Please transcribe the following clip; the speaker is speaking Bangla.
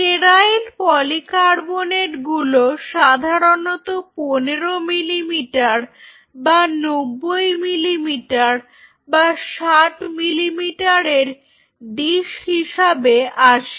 স্টেরাইল পলিকার্বনেটগুলো সাধারণত 15 মিলিমিটার বা 90 মিলিমিটার বা 60 মিলিমিটারের ডিস হিসাবে আসে